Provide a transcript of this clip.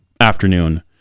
afternoon